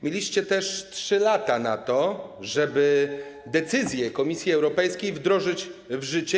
Mieliście też 3 lata na to, żeby decyzje Komisji Europejskiej wdrożyć w życie.